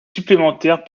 supplémentaires